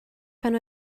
pan